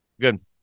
Good